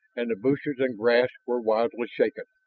and the bushes and grass were wildly shaken.